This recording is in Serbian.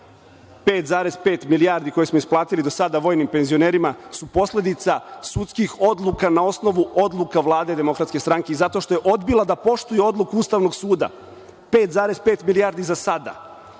pet milijardi koje smo isplatili do sada vojnim penzionerima su posledica sudskih odluka na osnovu odluka vlade Demokratske stranke zato što je odbila da poštuje odluku Ustavnog suda 5,5 milijardi za sada